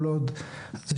כל עוד השטח,